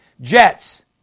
Jets